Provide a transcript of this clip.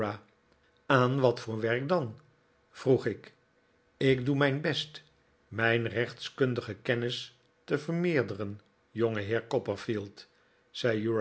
aan wat voor werk dan vroeg ik ik doe mijn best mijn rechtskundige kennis te vermeerderen